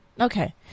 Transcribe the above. okay